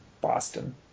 Boston